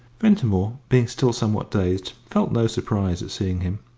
ventimore, being still somewhat dazed, felt no surprise at seeing him.